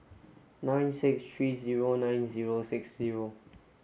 nine six three zero nine zero six zero